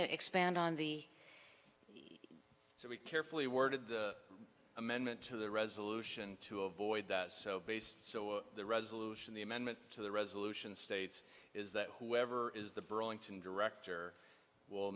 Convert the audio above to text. expand on the so we carefully worded the amendment to the resolution to avoid that so based so the resolution the amendment to the resolution states is that whoever is the burlington director will